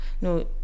no